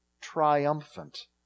triumphant